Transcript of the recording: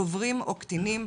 דוברים או קטינים,